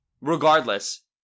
Regardless